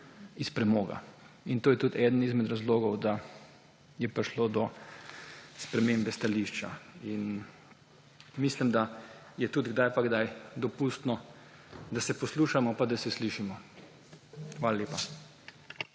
iz premoga. In to je tudi eden izmed razlogov, da je prišlo do spremembe stališča. In mislim, da je tudi kdaj pa kdaj dopustno, da se poslušamo in da se slišimo. Hvala lepa.